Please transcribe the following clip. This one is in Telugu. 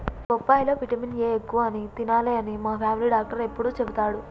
బొప్పాయి లో విటమిన్ ఏ ఎక్కువ అని తినాలే అని మా ఫామిలీ డాక్టర్ ఎప్పుడు చెపుతాడు